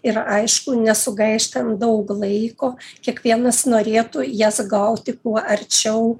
ir aišku nesugaištant daug laiko kiekvienas norėtų jas gauti kuo arčiau